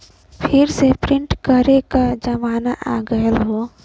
फिर से प्रिंट करे क जमाना आ गयल हौ